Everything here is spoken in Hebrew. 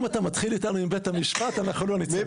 אם אתה מתחיל איתנו עם בית המשפט אנחנו לא נצא מזה.